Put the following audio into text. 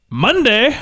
Monday